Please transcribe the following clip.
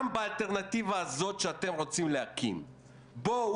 גם באלטרנטיבה הזאת שאתם רוצים להקים בואו